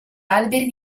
alberi